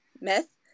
meth